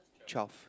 twelve